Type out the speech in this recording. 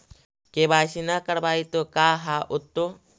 KYC न करवाई तो का हाओतै?